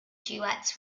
duets